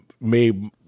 made